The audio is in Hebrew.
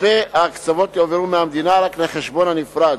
כספי ההקצבות יועברו מהמדינה רק לחשבון הנפרד.